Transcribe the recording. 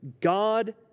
God